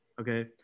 okay